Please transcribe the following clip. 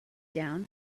down